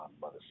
Mother